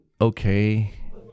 okay